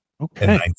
Okay